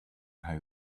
how